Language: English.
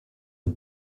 the